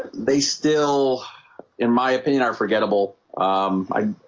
they still in my opinion are forgettable um i